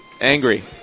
Angry